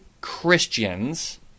Christians